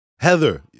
Heather